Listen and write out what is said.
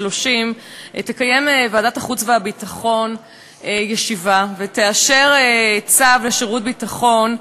11:30 תקיים ועדת החוץ והביטחון ישיבה ותאשר צו שירות ביטחון,